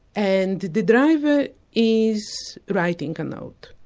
and the driver is writing a note.